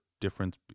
difference